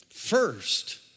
First